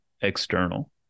external